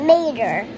Mater